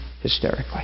hysterically